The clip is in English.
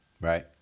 right